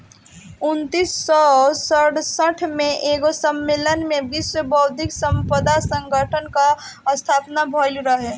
उन्नीस सौ सड़सठ में एगो सम्मलेन में विश्व बौद्धिक संपदा संगठन कअ स्थापना भइल रहे